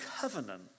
covenant